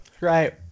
Right